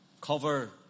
Cover